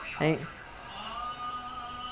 you know the vijaya balasingam right